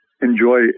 enjoy